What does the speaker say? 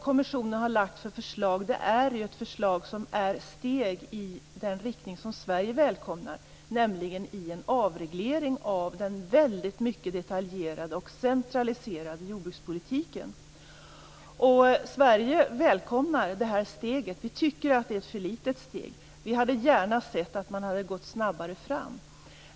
Kommissionen har lagt fram ett förslag som är ett steg i den riktning som Sverige välkomnar, nämligen en avreglering av den väldigt mycket detaljerade och centraliserade jordbrukspolitiken. Sverige välkomnar detta steg, även om vi tycker att det är för litet. Vi hade gärna sett att man hade gått snabbare fram.